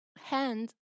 hand